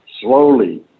slowly